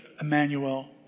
Emmanuel